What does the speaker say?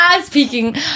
speaking